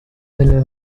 delle